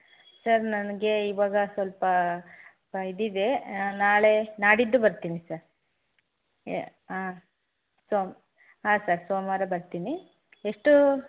sir ನನಗೆ ಇವಾಗ ಸ್ವಲ್ಪ ಇದಿದೆ ನಾಳೆ ನಾಡಿದ್ದು ಬರ್ತೀನಿ ಸರ್ ಯೆ ಹಾಂ ಸೋಮ್ ಹಾಂ ಸರ್ ಸೋಮವಾರ ಬರ್ತೀನಿ ಎಷ್ಟು